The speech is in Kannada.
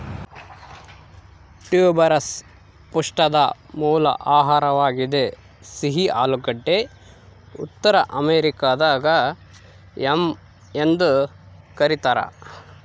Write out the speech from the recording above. ಟ್ಯೂಬರಸ್ ಪಿಷ್ಟದ ಮೂಲ ಆಹಾರವಾಗಿದೆ ಸಿಹಿ ಆಲೂಗಡ್ಡೆ ಉತ್ತರ ಅಮೆರಿಕಾದಾಗ ಯಾಮ್ ಎಂದು ಕರೀತಾರ